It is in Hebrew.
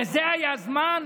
לזה היה זמן?